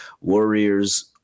Warriors